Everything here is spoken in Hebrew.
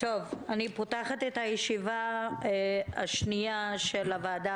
אני פותחת את הישיבה השנייה של הוועדה